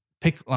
pick